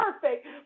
perfect